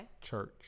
Church